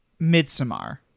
Midsommar